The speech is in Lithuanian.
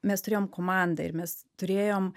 mes turėjom komandą ir mes turėjom